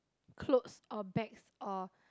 clothes or bags or